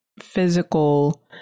physical